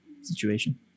situation